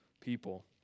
people